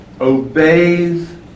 obeys